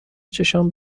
چشمام